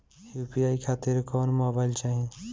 UPI खातिर कौन mobile चाहीं?